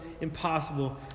impossible